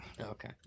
Okay